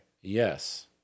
Yes